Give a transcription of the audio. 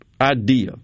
idea